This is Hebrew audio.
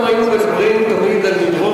אנחנו היינו מדברים תמיד על מדרון